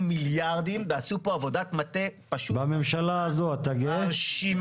מיליארדים ועשו פה עבודת מטה פשוט מרשימה --- בממשלה הזו אתה גאה?